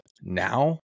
Now